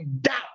doubt